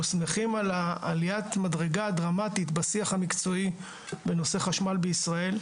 אנחנו שמחים על עליית המדרגה הדרמטית בשיח המקצועי בנושא חשמל בישראל,